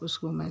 उसको मैं